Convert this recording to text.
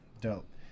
Dope